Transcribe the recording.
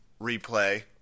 replay